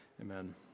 Amen